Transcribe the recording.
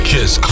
Kiss